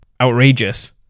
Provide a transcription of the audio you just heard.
outrageous